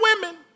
women